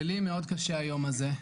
ולי מאוד קשה היום הזה,